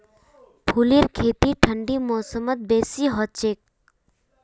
फूलेर खेती ठंडी मौसमत बेसी हछेक